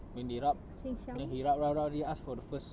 then they rub then he rub rub rub already ask for the first